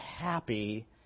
happy